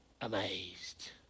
amazed